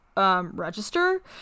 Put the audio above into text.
Register